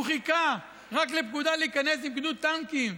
הוא רק חיכה לפקודה להיכנס עם גדוד טנקים.